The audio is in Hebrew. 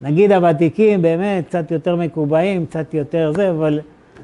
נגיד הותיקים באמת, קצת יותר מקובעים, קצת יותר זה, אבל...